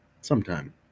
sometime